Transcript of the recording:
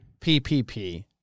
PPP